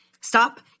Stop